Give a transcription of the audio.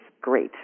great